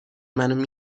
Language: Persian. منو